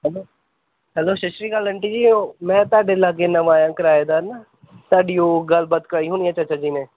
hello hello Sat Sri Akal aunty ji ਉਹ ਮੈਂ ਤੁਹਾਡੇ ਲਾਗੇ ਨਵਾਂ ਆਇਆ ਹਾਂ ਕਿਰਾਏਦਾਰ ਨਾ ਸਾਡੀ ਉਹ ਗੱਲਬਾਤ ਕਰਵਾਈ ਹੋਣੀ ਹੈ ਚਾਚਾ ਜੀ ਨੇ